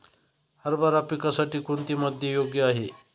हरभरा पिकासाठी कोणती माती योग्य आहे?